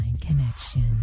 Connection